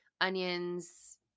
onions